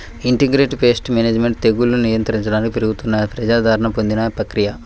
integrated pest management తెగుళ్లను నియంత్రించడానికి పెరుగుతున్న ప్రజాదరణ పొందిన ప్రక్రియ